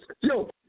Yo